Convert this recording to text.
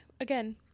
again